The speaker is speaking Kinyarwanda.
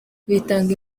bitanga